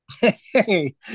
Hey